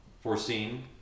foreseen